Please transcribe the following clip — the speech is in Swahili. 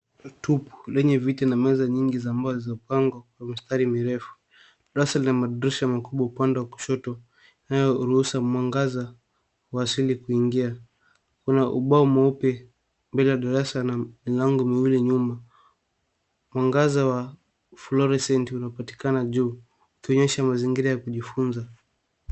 Tupu venye viti na meza nyingi ambavyo vimepangwa kwa mistari mirefu. Darasa lina madirisha makubwa ,upande wa kushoto unaoruhusa mwangaza wasili kuingia. Kuna ubao meupe mbele ya darasa na milango miwili nyuma. Mwangaza wa fluorescent unapatikana juu ukionesha mazingira ya kujifunza.